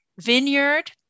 Vineyard